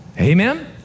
Amen